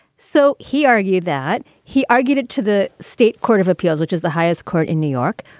so he argued that he argued it to the state court of appeals, which is the highest court in new york.